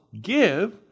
give